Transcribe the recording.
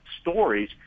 stories